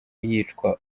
yica